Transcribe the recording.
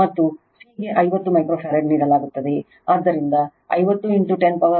ಮತ್ತುC ಗೆ 50 micro farad ನೀಡಲಾಗುತ್ತದೆ ಆದ್ದರಿಂದ 50 10 ಪವರ್ 6 ಫರಾಡ್ ಮತ್ತು ಅದು L